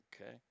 Okay